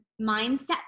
mindset